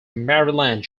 maryland